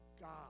God